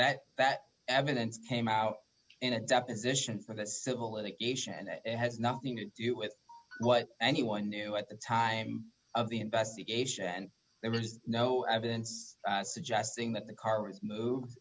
that that evidence came out in a deposition for the civil litigation and has nothing to do with what anyone knew at the time of the investigation and there's no evidence suggesting that the car was move